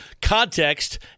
context